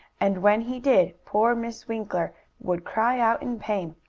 and, when he did, poor miss winkler would cry out in pain.